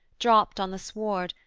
dropt on the sward,